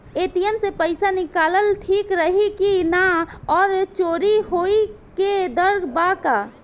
ATM से पईसा निकालल ठीक रही की ना और चोरी होये के डर बा का?